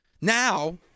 Now